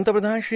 पंतप्रधान श्री